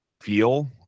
feel